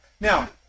Now